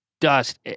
Dust